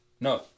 No